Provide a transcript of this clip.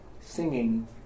singing